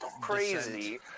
crazy